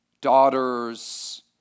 daughters